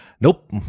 nope